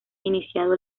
iniciado